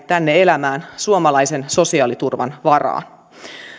tänne elämään suomalaisen sosiaaliturvan varaan